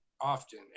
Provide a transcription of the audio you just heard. often